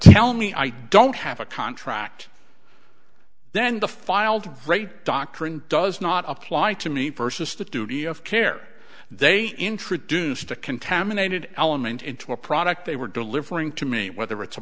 tell me i don't have a contract then the filed rate doctrine does not apply to me versus the duty of care they introduce to contaminated element into a product they were delivering to me whether it's a